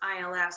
ILS